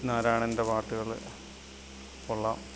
നാരാണന്റെ പാട്ടുകള് കൊള്ളാം